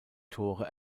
tore